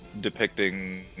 depicting